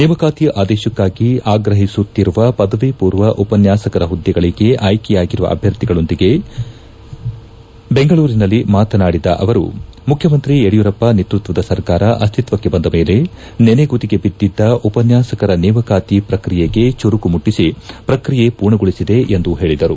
ನೇಮಕಾತಿ ಆದೇಶಕ್ಷಾಗಿ ಆಗ್ರಹಿಸುತ್ತಿರುವ ಪದವಿ ಪೂರ್ವ ಉಪನ್ಯಾಸಕರ ಹುದ್ದೆಗಳಿಗೆ ಆಯ್ಕೆಯಾಗಿರುವ ಅಭ್ಞರ್ಥಿಗಳೊಂದಿಗೆ ಬೆಂಗಳೂರಿನಲ್ಲಿ ಮಾತನಾಡಿದ ಅವರು ಮುಖ್ಯಮಂತ್ರಿ ಯಡಿಯೂರಪ್ಪ ನೇತೃತ್ವದ ಸರ್ಕಾರ ಅಸ್ತಿತ್ವಕ್ಷೆ ಬಂದ ಮೇಲೆ ನನೆಗುದಿಗೆ ಬದ್ದಿದ್ದ ಉಪನ್ಯಾಸಕರ ನೇಮಕಾತಿ ಪ್ರಕ್ರಿಯೆಗೆ ಚುರುಕುಮುಟ್ಷಿಸಿ ಪ್ರಕ್ರಿಯೆ ಪೂರ್ಣಗೊಳಿಸಿದೆ ಎಂದು ಹೇಳಿದರು